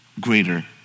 greater